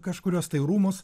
kažkuriuos tai rūmus